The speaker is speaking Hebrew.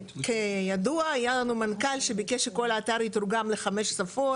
כידוע היה לנו מנכ"ל שביקש שכל האתר יתורגם לחמש שפות.